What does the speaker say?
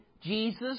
Jesus